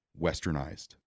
Westernized